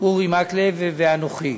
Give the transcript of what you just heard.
אורי מקלב ואנוכי.